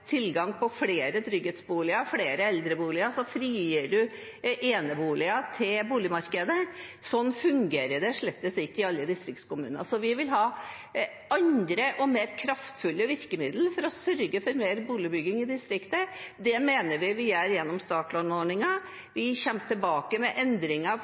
tilgang på flere trygghetsboliger, flere eldreboliger, frigir man eneboliger til boligmarkedet. Slik fungerer det slett ikke i alle distriktskommuner. Vi vil ha andre og mer kraftfulle virkemiddel for å sørge for mer boligbygging i distriktet. Det mener vi at vi gjør gjennom startlånordningen. Vi kommer tilbake med endringer